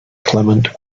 clement